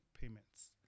payments